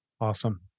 Awesome